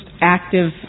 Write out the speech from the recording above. active